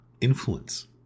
influence